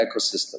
ecosystem